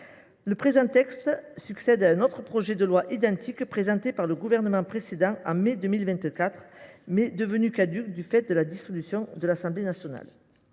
Le présent texte succède à un autre projet de loi identique présenté par le gouvernement précédent en mai 2024, mais devenu caduc du fait de la dissolution de l’Assemblée nationale.